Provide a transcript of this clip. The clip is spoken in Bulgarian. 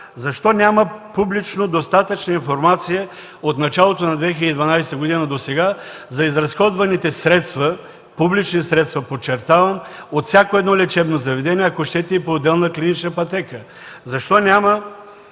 защо няма публично достатъчна информация от началото на 2012 г. досега за изразходваните публични средства – подчертавам, от всяко лечебно заведение, ако щете и по отделна клинична пътека? Защо няма